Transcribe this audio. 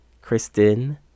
Kristen